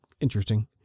interesting